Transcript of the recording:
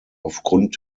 aufgrund